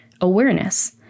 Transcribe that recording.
awareness